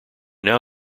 now